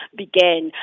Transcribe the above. began